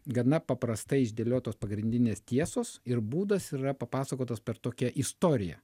gana paprastai išdėliotos pagrindinės tiesos ir būdas yra papasakotas per tokią istoriją